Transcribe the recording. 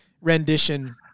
rendition